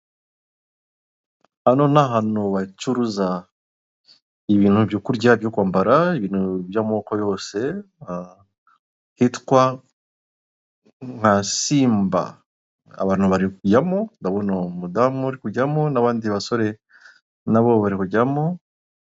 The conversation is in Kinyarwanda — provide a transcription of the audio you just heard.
Hano ni ahantu hacuruza ibintu byo kurya byo kwambara ibintu by'amoko yose hitwa nka simba abantu bari kujyamo ndabona uwo mudamu uri kujyamo n'abandi basore nabo barikujyamo.